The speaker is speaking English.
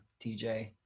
TJ